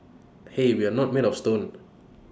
hey we're not made of stone